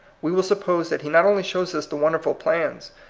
we will suppose that he not only shows us the wonderful plans,